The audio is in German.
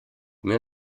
mir